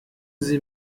sie